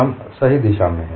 हम सही दिशा में हैं